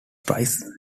prize